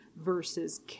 versus